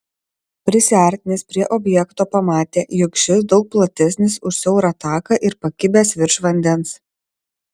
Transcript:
prisiartinęs prie objekto pamatė jog šis daug platesnis už siaurą taką ir pakibęs virš vandens